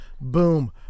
Boom